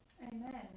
Amen